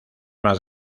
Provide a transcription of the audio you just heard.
más